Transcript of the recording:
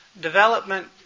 Development